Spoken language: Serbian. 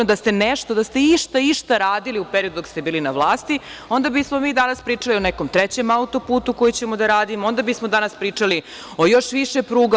Ali, da ste nešto, da ste išta radili u periodu dok ste bili na vlasti, onda bismo mi danas pričali o nekom trećem auto-putu koji ćemo da radimo, onda bismo danas pričali o još više pruga.